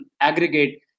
aggregate